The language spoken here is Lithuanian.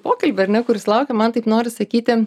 pokalbį ar ne kuris laukia man taip noris sakyti